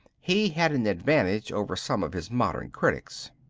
he had an advantage over some of his modern critics.